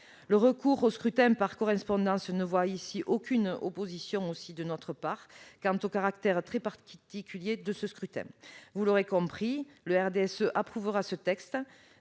Le recours au vote par correspondance ne suscite aucune opposition de notre part, compte tenu du caractère très particulier de ce scrutin. Vous l'aurez compris, le RDSE approuvera ce texte.